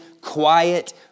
quiet